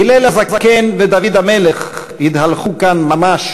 הלל הזקן ודוד המלך התהלכו כאן ממש,